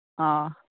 ꯑꯥ